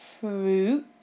Fruit